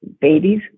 Babies